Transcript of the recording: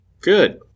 Good